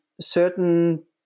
certain